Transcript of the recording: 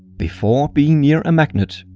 before being near a magnet,